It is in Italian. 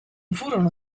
furono